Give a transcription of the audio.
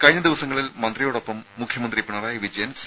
കഴിഞ്ഞ ദിവസങ്ങളിൽ മന്ത്രിയോടൊപ്പം മുഖ്യമന്ത്രി പിണറായി വിജയൻ സി